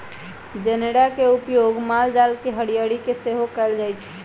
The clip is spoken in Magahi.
जनेरा के उपयोग माल जाल के हरियरी के लेल सेहो कएल जाइ छइ